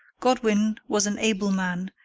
godwin was an able man,